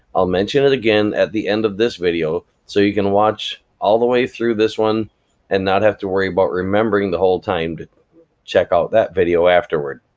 i'll mention it again at the end of this video, so you can watch all the way through this one and not have to worry about remembering the whole time to check out that video afterward.